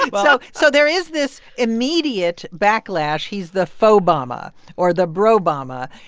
wow so there is this immediate backlash. he's the faux-bama or the bro-bama.